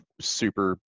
super